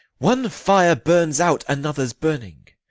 one fire burns out another's burning,